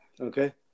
Okay